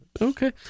Okay